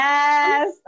Yes